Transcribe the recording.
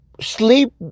sleep